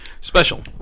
special